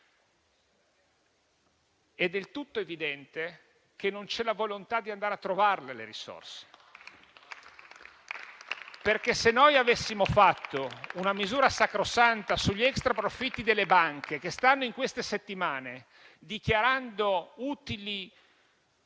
È del tutto evidente che non c'è la volontà di andare a trovarle le risorse, perché se avessimo fatto una misura sacrosanta sugli extraprofitti delle banche, che in queste settimane stanno dichiarando utili